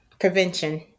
prevention